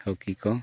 hockey ᱠᱚ